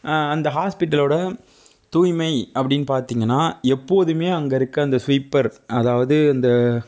அந்த ஹாஸ்பிட்டலோட தூய்மை அப்படினு பார்த்திங்கனா எப்போதும் அங்கே இருக்கிற அந்த ஸ்வீப்பர் அதாவது அந்த